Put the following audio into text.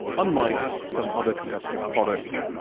unlike some other competitor product,